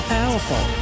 powerful